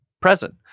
present